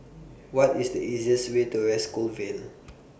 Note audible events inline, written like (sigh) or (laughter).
What IS The easiest Way to West Coast Vale (noise)